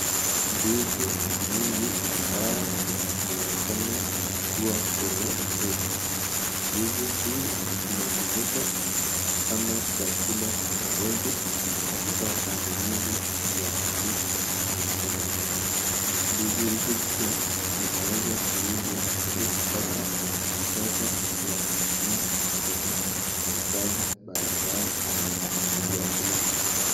Ndizi mingi ambayo inaonekana kuwa kwenye soko. Ndizi hii inatumika kama chakula cha wengi, katika pande nyingi za nchi ya Kenya. Ndizi hizi pia inaweza kuuzwa ili kupata pesa ya kutumia kwenye mahitaji mbalimbali ya kila siku.